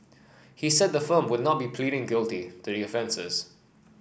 he said the firm would not be pleading guilty to